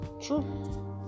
True